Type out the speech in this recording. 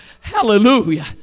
hallelujah